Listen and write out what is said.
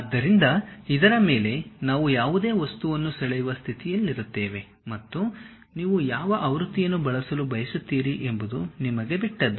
ಆದ್ದರಿಂದ ಇದರ ಮೇಲೆ ನಾವು ಯಾವುದೇ ವಸ್ತುವನ್ನು ಸೆಳೆಯುವ ಸ್ಥಿತಿಯಲ್ಲಿರುತ್ತೇವೆ ಮತ್ತು ನೀವು ಯಾವ ಆವೃತ್ತಿಯನ್ನು ಬಳಸಲು ಬಯಸುತ್ತೀರಿ ಎಂಬುದು ನಿಮಗೆ ಬಿಟ್ಟದ್ದು